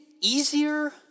easier